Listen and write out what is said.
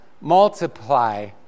multiply